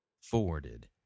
forwarded